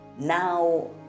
Now